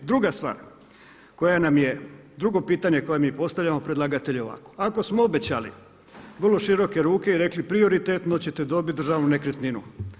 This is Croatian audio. Druga stvar koja nam je, drugo pitanje koje mi postavljamo predlagatelju je ako smo obećali vrlo široke ruke i rekli prioritetno ćete dobiti državnu nekretninu.